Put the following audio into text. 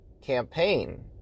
campaign